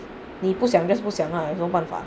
你不想 just 不想 ah 有什么办法